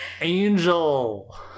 Angel